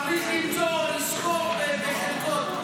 צריך לסחור בחלקות?